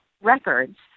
records